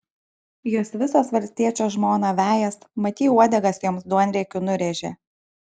jos visos valstiečio žmoną vejas mat ji uodegas joms duonriekiu nurėžė